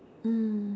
mm